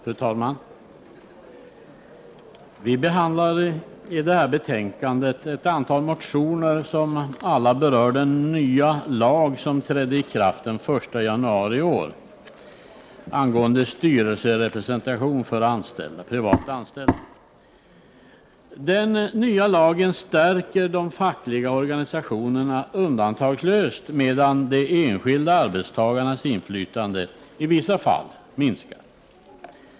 Fru talman! I detta betänkande behandlas ett antal motioner som alla berör den nya lag som trädde i kraft den 1 januari i år och som gäller styrelserepresentation för privat anställda. Den nya lagen stärker de fackliga organisationerna undantagslöst, medan de enskilda arbetstagarnas inflytande i vissa fall minskar.